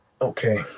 Okay